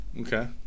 Okay